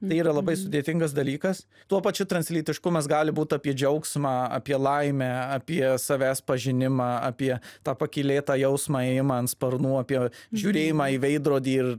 tai yra labai sudėtingas dalykas tuo pačiu translytiškumas gali būt apie džiaugsmą apie laimę apie savęs pažinimą apie tą pakylėtą jausmą ėjimą ant sparnų apie žiūrėjimą į veidrodį ir